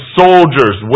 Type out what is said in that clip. soldiers